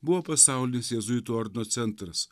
buvo pasaulinis jėzuitų ordino centras